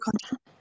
content